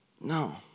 No